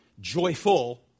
joyful